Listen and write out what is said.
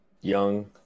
young